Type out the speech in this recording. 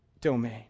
domain